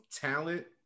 talent